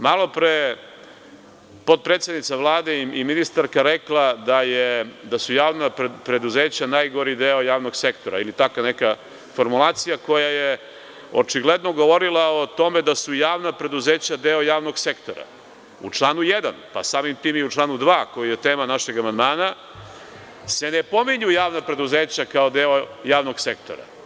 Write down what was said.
Malopre je potpredsednica Vlade i ministarka rekla da su javna preduzeća najgori deo javnog sektora ili tako neka formulacija, koja je očigledno govorila o tome da su javna preduzeća deo javnog sektora, u članu 1, pa samim tim i u članu 2, koji je tema našeg amandmana se ne pominju javna preduzeća kao deo javnog sektora.